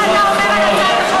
מה אתה אומר על הצעת החוק הזו.